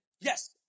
Yes